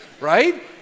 right